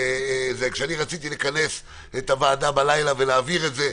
כשאני רציתי לכנס את הוועדה בלילה ולהעביר את זה,